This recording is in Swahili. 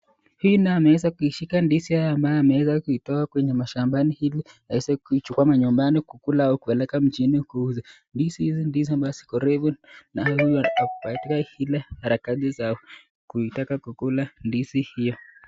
Huyu ameishika ndizi ambayo ameitoa kwenye mashambani ili aweze kuichukua manyumbani ili aweze kuikula au kupeleka mjini kuuza. Ndizi ndizo ambazo ziko tayari na huyu yuko katika ile harakati za kuitaka kukula ndizi hiyo.